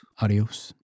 Adios